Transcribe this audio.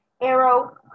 arrow